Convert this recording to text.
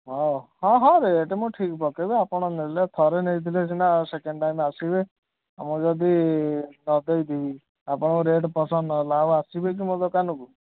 ହଁ ହଁ ହଁ ରେଟ୍ ମୁଁ ଠିକ୍ ପକେଇବି ଆପଣ ନେଲେ ଥରେ ନେଇଥିଲେ ସିନା ସେକେଣ୍ଡ ଟାଇମ୍ ଆସିବେ ମୁଁ ଯଦି ନ ଦେଇ ଥିବି ଆପଣଙ୍କୁ ରେଟ୍ ପସନ୍ଦ ନ ହେଲା ଆଉ ଆସିବେ କି ଆପଣ ମୋ ଦୋକାନକୁ